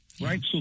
right